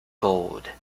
gold